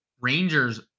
Rangers